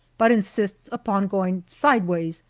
but insists upon going sideways,